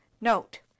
note